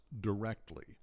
directly